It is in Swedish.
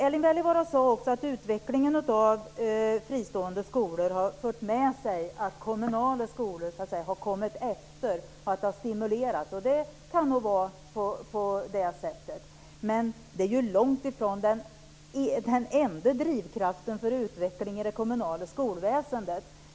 Erling Wälivaara sade också att utvecklingen av fristående skolor har fört med sig att kommunala skolor har kommit efter och att de har stimulerats. Det kan nog vara på det sättet. Men det är långt ifrån den enda drivkraften för utveckling i det kommunala skolväsendet.